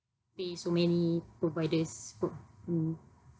pay so many providers mm